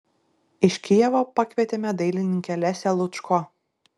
iš kijevo pakvietėme dailininkę lesią lučko